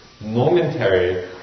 momentary